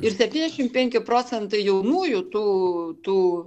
ir septyniašim penki procentai jaunųjų tų tų